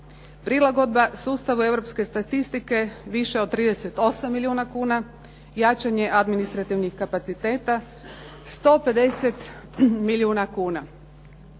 Prilagodba sustavu Europske statistike više od 38 milijuna kuna, jačanje administrativnih kapaciteta 150 milijuna kuna.